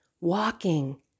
walking